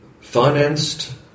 financed